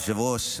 היושב-ראש,